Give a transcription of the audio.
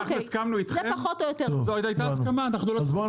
אז בואו